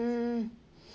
mm